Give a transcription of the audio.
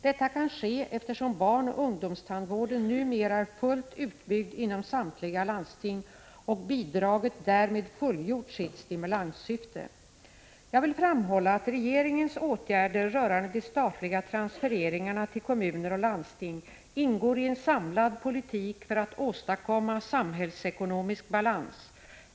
Detta kan ske eftersom barnoch ungdomstandvården numera är fullt utbyggd inom samtliga landsting och bidraget därmed fullgjort sitt stimulanssyfte. Jag vill framhålla att regeringens åtgärder rörande de statliga transfereringarna till kommuner och landsting ingår i en samlad politik för att åstadkomma samhällsekonomisk balans.